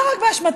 לא רק באשמתה,